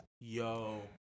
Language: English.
yo